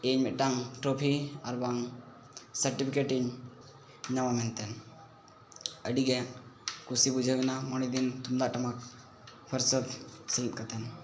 ᱤᱧ ᱢᱤᱫᱴᱟᱝ ᱴᱨᱚᱯᱷᱤ ᱟᱨᱵᱟᱝ ᱥᱟᱨᱴᱤᱯᱷᱤᱠᱮᱴᱤᱧ ᱧᱟᱢᱟ ᱢᱮᱱᱛᱮᱱ ᱟᱹᱰᱤᱜᱮ ᱠᱩᱥᱤ ᱵᱩᱡᱷᱟᱹᱣᱮᱱᱟ ᱢᱚᱬᱮᱫᱤᱱ ᱛᱩᱢᱫᱟᱜ ᱴᱟᱢᱟᱠ ᱚᱣᱟᱨᱠᱥᱚᱯ ᱥᱮᱞᱮᱫ ᱠᱟᱛᱮᱫ